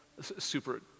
super